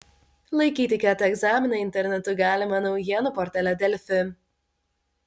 laikyti ket egzaminą internetu galima naujienų portale delfi